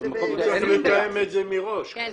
צריך לתאם את זה מראש,